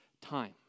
time